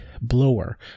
blower